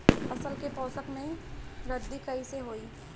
फसल के पोषक में वृद्धि कइसे होई?